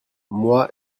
moi